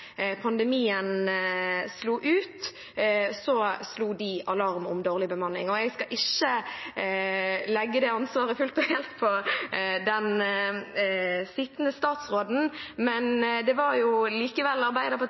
pandemien slo ut, slo de alarm om dårlig bemanning. Jeg skal ikke legge det ansvaret fullt og helt på den sittende statsråden, men det var jo likevel